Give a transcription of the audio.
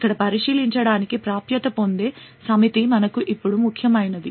ఇక్కడ పరిశీలించడానికి ప్రాప్యత పొందే సమితి మనకు ఇప్పుడు ముఖ్యమైనది